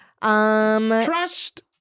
Trust